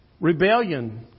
rebellion